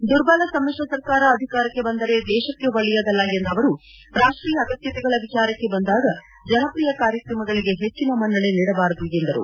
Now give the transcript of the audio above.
ದುರ್ಬಲ ಸಮ್ಮಿಶ್ರ ಸರ್ಕಾರ ಅಧಿಕಾರಕ್ಕೆ ಬಂದರೆ ದೇಶಕ್ಕೆ ಒಳ್ಳೆಯದಲ್ಲ ಎಂದ ಅವರು ರಾಷ್ಟೀಯ ಅಗತ್ನತೆಗಳ ವಿಚಾರಕ್ಕೆ ಬಂದಾಗ ಜನಪ್ರಿಯ ಕಾರ್ಯಕ್ರಮಗಳಿಗೆ ಹೆಚ್ಚಿನ ಮನ್ವಣೆ ನೀಡಬಾರದು ಎಂದರು